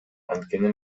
анткени